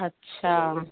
अच्छा